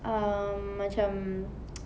um macam